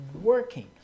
working